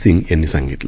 सिंग यांनी सांगितलं